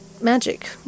magic